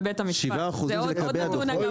7% זה לגבי הדוחות.